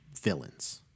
villains